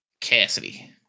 Cassidy